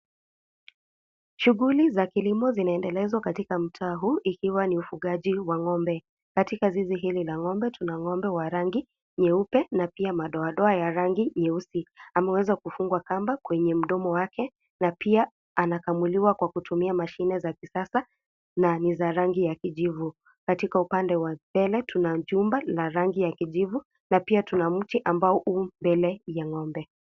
Shughuli za kilimo zinaendelezwa katika mtaa huu, ikiwa ni ufugaji wa ng'ombe katika zizi hili la ng'ombe tunaona ng'ombe wa rangi nyeupe na pia madoadoa ya rangi nyeusi ameweza kufungwa kamba kwenye mdomo wake na pia anakamuliwa kwa kutumia mashine za kisasa na ni za rangi ya kijivu. Katika upande wa mbele tuna jumba la rangi ya kijivu na pia tuna mti ambayo u mbele ya ng'ombe.